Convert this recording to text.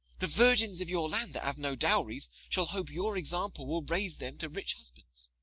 the virgins of your land that have no dowries shall hope your example will raise them to rich husbands.